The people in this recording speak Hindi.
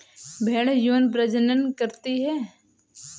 भेड़ यौन प्रजनन करती है